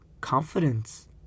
confidence